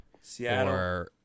Seattle